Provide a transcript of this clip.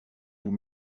vous